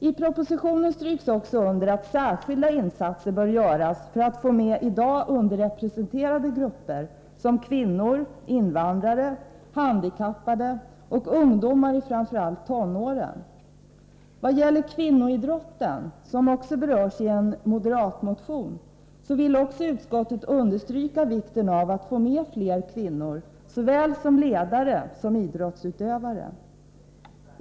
I propositionen stryks också under att särskilda insatser bör göras för att få medi dag underrepresenterade grupper som kvinnor, invandrare, handikappade och ungdomar i framför allt tonåren. Vad gäller kvinnoidrotten, som också berörs i en moderatmotion, vill utskottet understryka vikten av att få med fler kvinnor, både som ledare och som idrottsutövare.